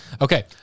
Okay